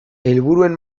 helburuen